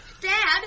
Dad